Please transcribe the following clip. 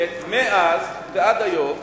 מאז ועד היום